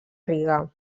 riga